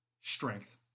Strength